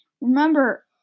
Remember